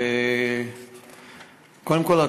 וקודם כול,